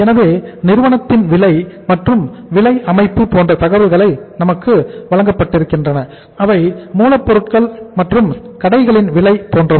எனவே நிறுவனத்தின் விலை மற்றும் விலை அமைப்பு போன்ற தகவல்கள் நமக்கு வழங்கப்படுகின்றன அவை மூலப்பொருட்கள் மற்றும் கடைகளின் விலை போன்றவை